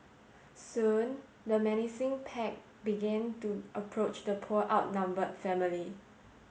soon the menacing pack began to approach the poor outnumbered family